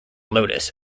lotus